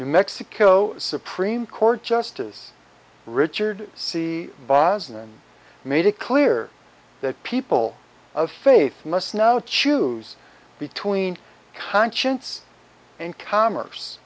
new mexico supreme court justice richard c bosner made it clear that people of faith must now choose between conscience and commerce